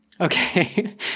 Okay